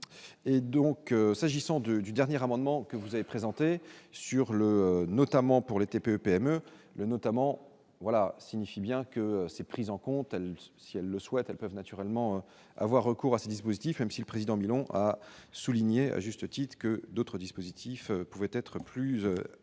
et donc s'agissant de du dernier amendement que vous avez présenté sur le notamment pour les TPE-PME Le notamment voilà signifie bien que ces prises en compte, elle, si elles le souhaitent, elles peuvent naturellement avoir recours à ce dispositif, même si le président Millon a souligné à juste titre que d'autres dispositifs pouvaient être plus facile